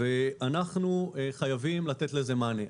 אנחנו חייבים לתת לזה מענה.